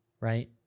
right